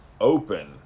open